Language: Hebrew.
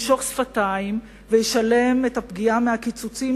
והוא ינשוך שפתיים וישלם את הפגיעה מהקיצוצים